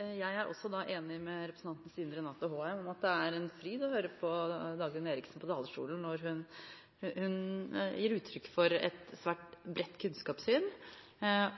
Jeg er også enig med representanten Stine Renate Håheim i at det er en fryd å høre på Dagrun Eriksen fra talerstolen når hun gir uttrykk for et svært bredt kunnskapssyn,